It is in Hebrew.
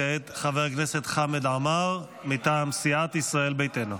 כעת חבר הכנסת חמד עמאר מטעם סיעת ישראל ביתנו.